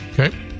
Okay